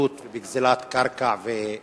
בהשתלטות ובגזלת קרקע ובתים?